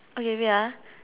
okay wait ah